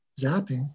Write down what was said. zapping